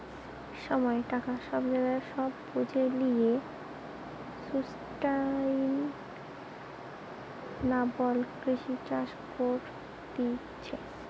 সময়, টাকা, জায়গা সব বুঝে লিয়ে সুস্টাইনাবল কৃষি চাষ করতিছে